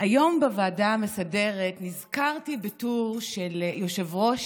היום בוועדה המסדרת נזכרתי בטור של ראש